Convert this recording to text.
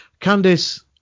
Candice